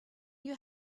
you